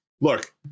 look